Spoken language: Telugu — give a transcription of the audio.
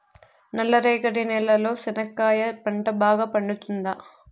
నల్ల రేగడి నేలలో చెనక్కాయ పంట బాగా పండుతుందా?